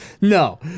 no